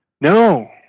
No